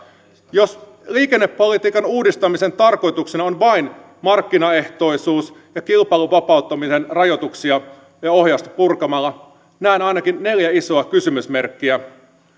jos liikennepolitiikan uudistamisen tarkoituksena on vain markkinaehtoisuus ja kilpailun vapauttaminen rajoituksia ja ohjausta purkamalla näen ainakin neljä isoa kysymysmerkkiä